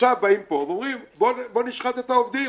ועכשיו באים לפה ואומרים: בואו נשחט את העובדים,